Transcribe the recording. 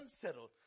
unsettled